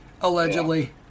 Allegedly